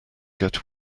get